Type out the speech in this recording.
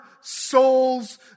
souls